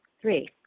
Three